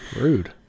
rude